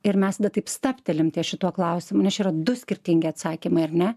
ir mesva taip stabtelim ties šituo klausimu nes čia yra du skirtingi atsakymai ar ne